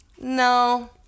no